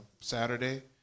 Saturday